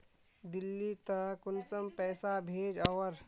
दिल्ली त कुंसम पैसा भेज ओवर?